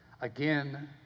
Again